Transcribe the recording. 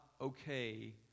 okay